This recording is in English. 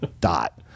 dot